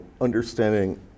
understanding